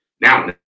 Now